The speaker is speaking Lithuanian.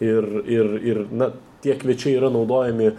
ir ir ir na tie kviečiai yra naudojami